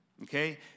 Okay